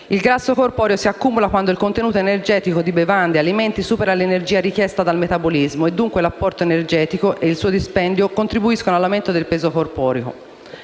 Il grasso corporeo si accumula quando il contenuto energetico di bevande ed alimenti supera l'energia richiesta dal metabolismo e dunque l'apporto energico ed il suo dispendio contribuiscono all'aumento del peso corporeo.